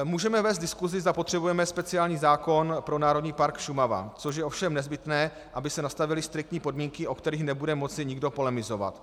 Můžeme vést diskusi, zda potřebujeme speciální zákon pro Národní park Šumava, což je ovšem nezbytné, aby se nastavily striktní podmínky, o kterých nebude moci nikdo polemizovat.